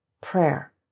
prayer